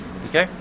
Okay